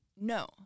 No